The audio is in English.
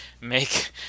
make